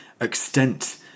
extent